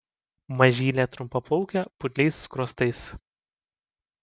mažylė trumpaplaukė putliais skruostais